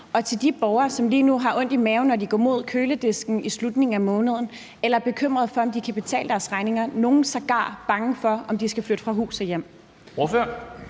og hos de borgere, som lige nu har ondt i maven, når de går mod køledisken i slutningen af måneden, eller er bekymrede for, om de kan betale deres regninger. Nogle er sågar bange for, om de skal flytte fra hus og hjem.